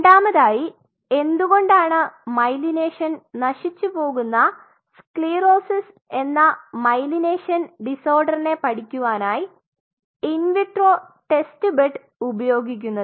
രണ്ടാമതായി എന്തുകൊണ്ടാണ് മൈലിനേഷൻ നശിച്ചുപോകുന്ന സ്ക്ലിറോസിസ് എന്ന മൈയ്ലിനേഷൻ ഡിസോടർനെ പഠിക്കുവാനായി ഇൻ വിട്രോ ടെസ്റ്റ് ബെഡ് ഉപയോഗിക്കുന്നത്